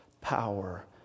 power